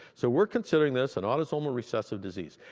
so we're considering this an autosomal recessive disease.